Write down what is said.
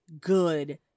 good